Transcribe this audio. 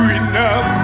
enough